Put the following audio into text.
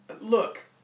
Look